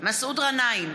מסעוד גנאים,